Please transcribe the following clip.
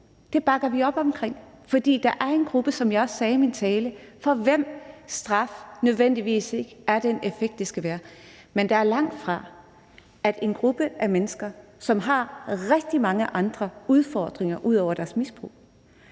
Det bakker vi op omkring, fordi der er en gruppe, som jeg også sagde i min tale, for hvem straf ikke nødvendigvis har den effekt, den skal have. Men der er langt fra at tale om en gruppe af mennesker, som har rigtig mange andre udfordringer ud over deres misbrug,